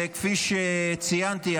וכפי שציינתי,